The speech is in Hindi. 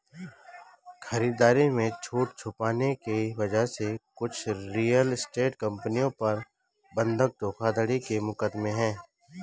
खरीदारी में छूट छुपाने की वजह से कुछ रियल एस्टेट कंपनियों पर बंधक धोखाधड़ी के मुकदमे हैं